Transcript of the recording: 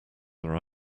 are